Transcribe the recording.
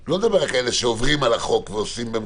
ואני לא מדבר על כאלה שעוברים על החוק ועושים שמחות